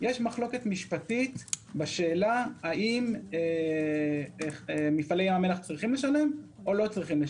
יש מחלוקת משפטית בשאלה האם מפעלי ים המלח צריכים לשלם או לא צריכים.